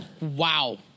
wow